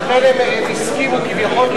לכן הם הסכימו כביכול,